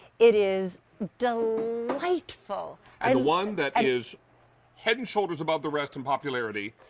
it is delightful and one that is head and shoulders above the rest in popularity.